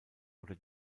oder